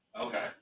Okay